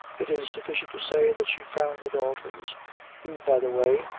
it is sufficient to say, that she found the daltons who, by the way,